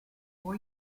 four